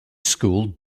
school